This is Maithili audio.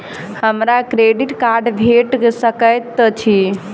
हमरा क्रेडिट कार्ड भेट सकैत अछि?